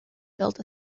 built